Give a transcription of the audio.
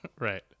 Right